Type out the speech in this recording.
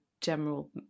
general